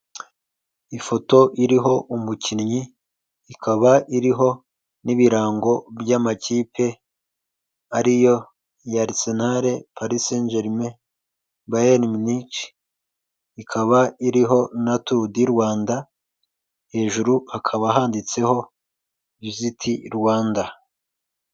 Ifoto iriho umukinnyi ikaba iriho n'ibirango by'amakipe ariyo ya Arisenali, Parisenjerime, bayeni munici, ikaba iriho na turu di Rwanda hejuru hakaba handitseho viziti Rwanda.